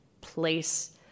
place